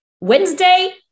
Wednesday